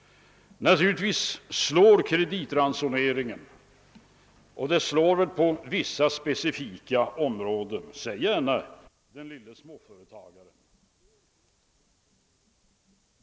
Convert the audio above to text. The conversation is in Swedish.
Naturligtvis slår kreditransoneringen på vissa specifika områden, säg gärna den lilla småföretagarens.